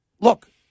Look